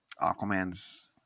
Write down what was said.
Aquaman's